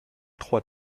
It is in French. trois